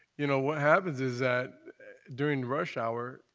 you know, what happens is that during rush hour,